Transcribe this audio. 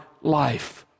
life